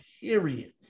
Period